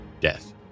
death